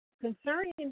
concerning